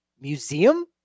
museum